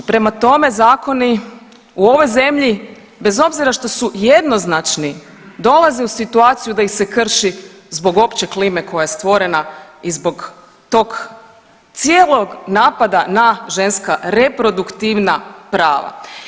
Prema tome, zakoni u ovoj zemlji bez obzira što su jednoznačni dolaze u situaciju da ih se krši zbog opće klime koja je stvorena i zbog tog cijelog napada na ženska reproduktivna prava.